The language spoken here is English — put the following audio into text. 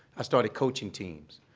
i started coaching teams.